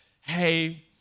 Hey